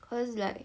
cause like